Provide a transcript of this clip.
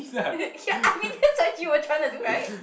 ya I mean that's what you were trying to do right